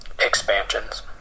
expansions